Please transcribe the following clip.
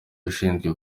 ushinzwe